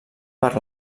per